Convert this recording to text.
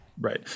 Right